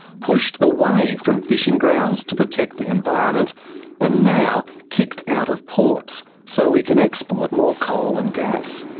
pushed away from fishing grounds to protect the environment and now kicked out of ports so we can export more coal and gas.